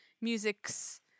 music's